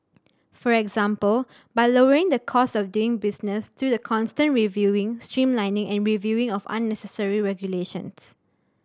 for example by lowering the cost of doing business through the constant reviewing streamlining and reviewing of unnecessary regulations